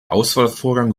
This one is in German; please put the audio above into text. auswahlvorgang